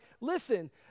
listen